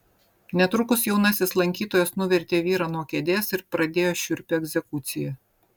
netrukus jaunasis lankytojas nuvertė vyrą nuo kėdės ir pradėjo šiurpią egzekuciją